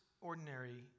ordinary